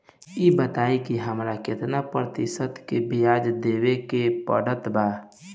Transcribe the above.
ई बताई की हमरा केतना प्रतिशत के ब्याज देवे के पड़त बा?